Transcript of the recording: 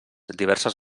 diverses